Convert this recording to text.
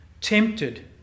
Tempted